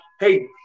Hey